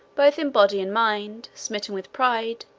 both in body and mind, smitten with pride,